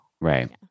right